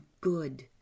good